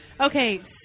Okay